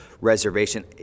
reservation